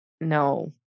No